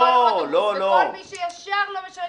וכל מי שישר לא משלם,